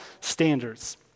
standards